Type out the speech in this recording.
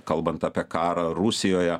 kalbant apie karą rusijoje